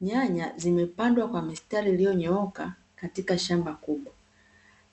Nyanya zimepandwa kwa mistari iliyonyooka, katika shamba kubwa.